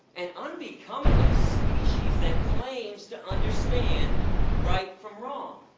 an unbecoming of a species that claims to understand right from wrong!